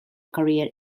career